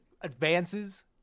advances